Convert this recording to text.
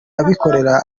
abikorera